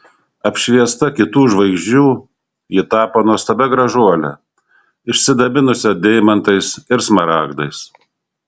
apšviesta kitų žvaigždžių ji tapo nuostabia gražuole išsidabinusia deimantais ir smaragdais